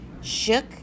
shook